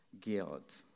guilt